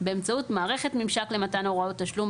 באמצעות מערכת ממשק למתן הוראת תשלום,